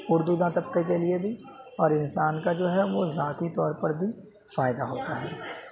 اردو داں طبقے کے لیے بھی اور انسان کا جو ہے وہ ذاتی طور پر بھی فائدہ ہوتا ہے